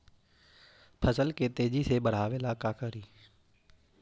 फसल के तेजी से बढ़ाबे ला का करि?